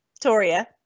Toria